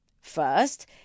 First